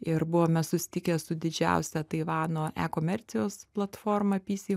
ir buvome susitikę su didžiausia taivano ekomercijos platforma pi si